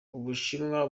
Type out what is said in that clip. ubushinwa